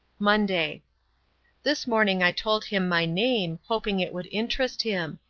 monday this morning i told him my name, hoping it would interest him.